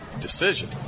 decision